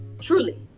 truly